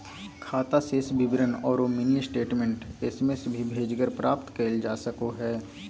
खाता शेष विवरण औरो मिनी स्टेटमेंट एस.एम.एस भी भेजकर प्राप्त कइल जा सको हइ